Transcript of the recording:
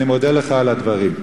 אני מודה לך על הדברים.